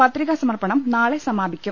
പത്രികാ സമർപ്പണം നാളെ സമാപി ക്കും